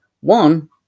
One